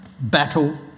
battle